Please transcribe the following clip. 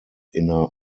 inner